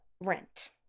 Rent